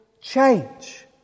change